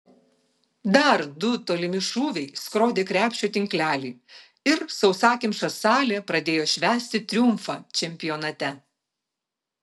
dar du tolimi šūviai skrodė krepšio tinklelį ir sausakimša salė pradėjo švęsti triumfą čempionate